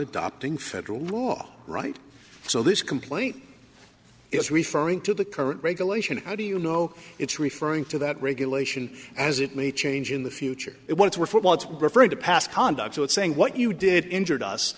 adopting federal law right so this complaint is referring to the current regulation how do you know it's referring to that regulation as it may change in the future it wants were for what's referred to past conduct to it saying what you did injured us